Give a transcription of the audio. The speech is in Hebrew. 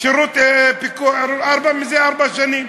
מזה ארבע שנים.